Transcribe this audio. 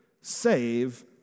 save